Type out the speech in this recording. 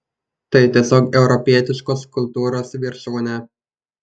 tai tiesiog europietiškos kultūros viršūnė